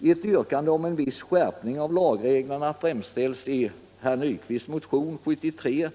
Ett yrkande om viss skärpning av lagreglerna framställs i herr Nyquists motion nr 73.